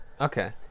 Okay